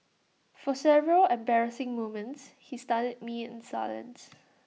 for several embarrassing moments he studied me in silence